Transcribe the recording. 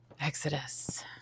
Exodus